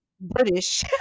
British